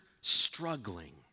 struggling